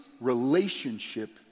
relationship